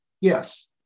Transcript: Yes